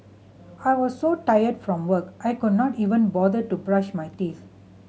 I was so tired from work I could not even bother to brush my teeth